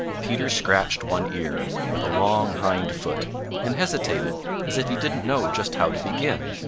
peter scratched one ear with a long hind foot and hesitated as if he didn't know just how to begin.